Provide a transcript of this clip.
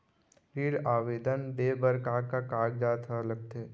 ऋण आवेदन दे बर का का कागजात ह लगथे?